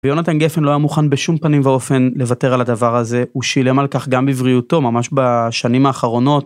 ויונתן גפן לא היה מוכן בשום פנים ואופן לוותר על הדבר הזה. הוא שילם על כך גם בבריאותו, ממש בשנים האחרונות.